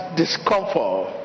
discomfort